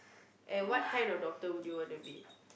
and what kind of doctor would you wanna be